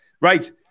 Right